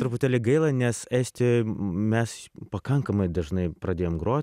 truputėlį gaila nes estijoj mes pakankamai dažnai pradėjom grot